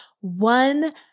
one